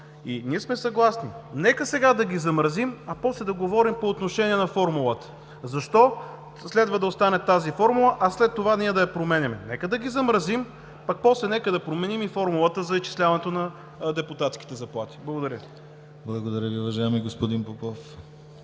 и ние сме съгласни. Нека сега да ги замразим, а после да говорим по отношение на формулата. Защо следва да остане тази формула, а след това ние да я променяме? Нека да ги замразим, пък после нека да променим и формулата за изчисляване на депутатските заплати. Благодаря. ПРЕДСЕДАТЕЛ ДИМИТЪР ГЛАВЧЕВ: